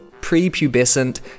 pre-pubescent